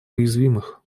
уязвимых